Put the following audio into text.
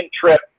trip